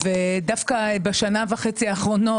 ודווקא בשנה וחצי האחרונות,